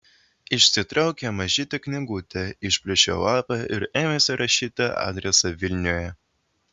išsitraukė mažytę knygutę išplėšė lapą ir ėmėsi rašyti adresą vilniuje